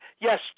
yes